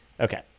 Okay